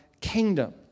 kingdom